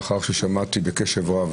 לאחר ששמעתי בקשב רב